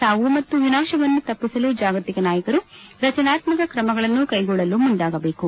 ಸಾವು ಮತ್ತು ವಿನಾಶವನ್ನು ತಪ್ಪಿಸಲು ಜಾಗತಿಕ ನಾಯಕರು ರಚನಾತ್ಮಕ ಕ್ರಮಗಳನ್ನು ಕೈಗೊಳ್ಳಲು ಮುಂದಾಗಬೇಕು